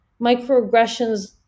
microaggressions